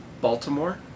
Baltimore